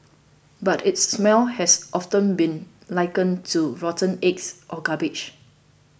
but its smell has often been likened to rotten eggs or garbage